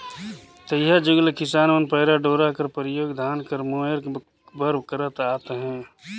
तइहा जुग ले किसान मन पैरा डोरा कर परियोग धान कर मोएर बर करत आत अहे